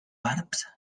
barbs